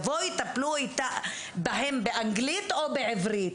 יבואו, יטפלו בהם באנגלית או בעברית?